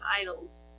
idols